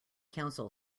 council